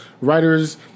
Writers